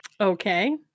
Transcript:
Okay